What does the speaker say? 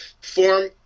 form